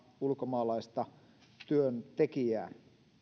ulkomaalaista työntekijää